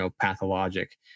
pathologic